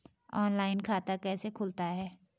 Online खाता कैसे खुलता है?